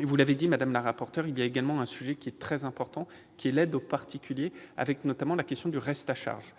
Vous l'avez indiqué, madame la rapporteure, il y a un autre sujet très important : l'aide aux particuliers, avec notamment la question du reste à charge.